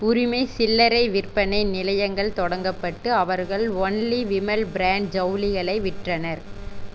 உரிமை சில்லறை விற்பனை நிலையங்கள் தொடங்கப்பட்டு அவர்கள் ஒன்லி விமல் பிராண்ட் ஜவுளிகளை விற்றனர்